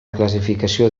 classificació